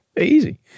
easy